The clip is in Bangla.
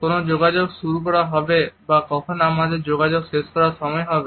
কোনও যোগাযোগ শুরু করা হবে বা কখন আমাদের যোগাযোগ শেষ করার সময় হবে